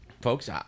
folks